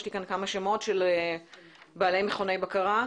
יש לי כאן כמה שמות של בעלי מכוני בקרה.